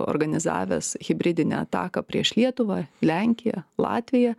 organizavęs hibridinę ataką prieš lietuvą lenkiją latviją